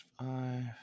five